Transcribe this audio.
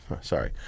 Sorry